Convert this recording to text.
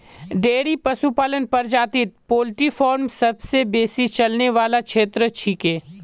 dairy पशुपालन प्रजातित poultry farm सबसे बेसी चलने वाला क्षेत्र छिके